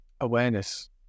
awareness